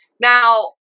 Now